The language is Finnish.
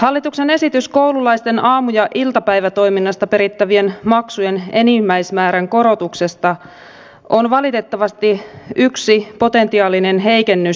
hallituksen esitys koululaisten aamu ja iltapäivätoiminnasta perittävien maksujen enimmäismäärän korotuksesta on valitettavasti yksi potentiaalinen heikennys pienituloisten asemaan